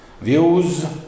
Views